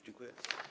Dziękuję.